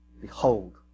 behold